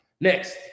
Next